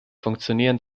funktionieren